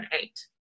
eight